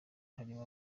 harimo